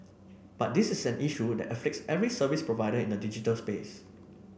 but this is an issue that afflicts every service provider in the digital space